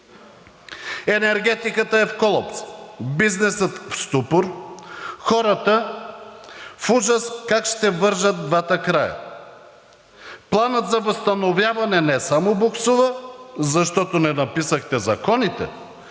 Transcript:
Енергетиката е в колапс. Бизнесът е в ступор. Хората са в ужас как ще вържат двата края. Планът за възстановяване не само боксува, защото не написахте законите,